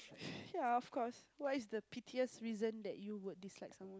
ya of course what is the peatiest reason that you would dislike someone